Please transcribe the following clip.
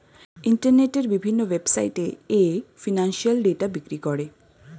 ইন্টারনেটের বিভিন্ন ওয়েবসাইটে এ ফিনান্সিয়াল ডেটা বিক্রি করে